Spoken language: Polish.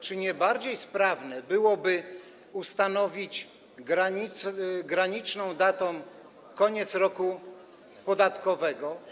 Czy nie bardziej sprawnie byłoby ustanowić graniczną datą koniec roku podatkowego?